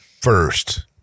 first